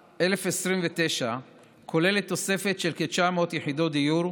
תמ"ל/1029 כוללת תוספת של כ-900 יחידות דיור,